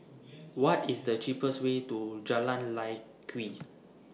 What IS The cheapest Way to Jalan Lye Kwee